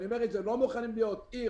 עיר